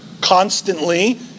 constantly